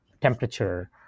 temperature